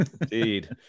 Indeed